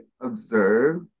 observe